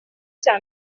cya